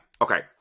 Okay